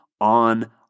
on